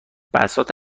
بساط